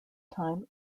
time